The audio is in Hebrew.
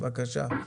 בבקשה.